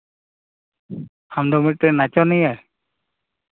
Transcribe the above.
ᱟᱢᱫᱚ ᱢᱤᱫᱴᱮᱱ ᱱᱟᱪᱚᱱᱤᱭᱟᱹ